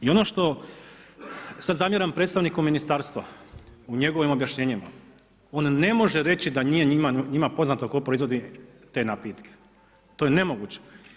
I ono što sada zamjeram predstojniku ministarstva, u njegovim objašnjenima, on ne može reći da nije njima poznato tko proizvodi te napitke, to je nemoguće.